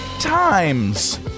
times